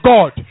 God